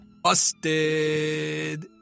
Busted